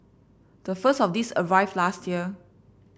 the first of these arrived last year